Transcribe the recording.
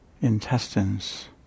intestines